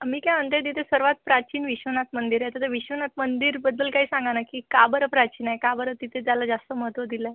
मी काय म्हणते तिथे सर्वात प्राचीन विश्वनाथ मंदिर आहे तर ते विश्वनाथ मंदिरबद्दल काही सांगा नं की का बरं प्राचीन आहे का बरं तिथे त्याला जास्त महत्त्व दिलं आहे